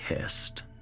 hissed